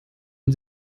man